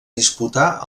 disputà